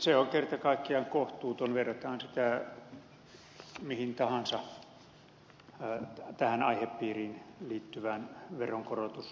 se on kerta kaikkiaan kohtuuton verrataan sitä mihin tahansa tähän aihepiiriin liittyvään veronkorotusmäärään